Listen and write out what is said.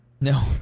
No